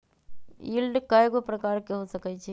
yield कयगो प्रकार के हो सकइ छइ